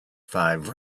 five